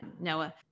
Noah